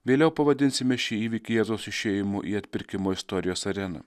vėliau pavadinsime šį įvykį jėzaus išėjimu į atpirkimo istorijos areną